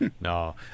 No